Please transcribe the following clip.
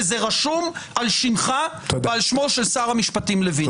וזה רשום על שמך ועל שמו של שר המשפטים לוין.